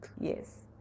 yes